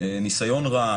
ניסיון רע,